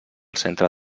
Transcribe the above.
centre